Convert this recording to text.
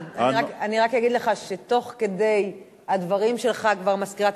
אני רק אגיד לך שתוך כדי הדברים שלך כבר מזכירת